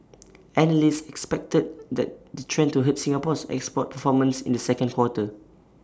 analysts expected that the trend to hurt Singapore's export performance in the second quarter